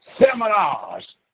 seminars